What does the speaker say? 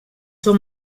seu